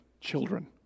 children